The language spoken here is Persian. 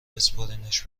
بسپرینش